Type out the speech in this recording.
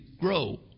grow